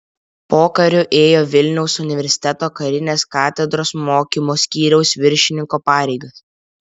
pokariu ėjo vilniaus universiteto karinės katedros mokymo skyriaus viršininko pareigas